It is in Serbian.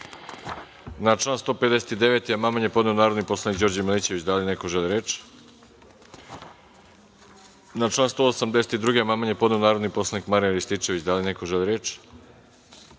član 159. amandman je podneo narodni poslanik Đorđe Milićević. Da li neko želi reč? Na član 182. amandman je podneo narodni poslanik Marijan Rističević. Da li neko želi reč? Na